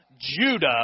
Judah